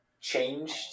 changed